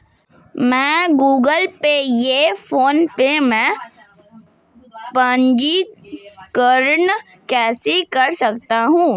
मैं Google Pay या PhonePe में पंजीकरण कैसे कर सकता हूँ?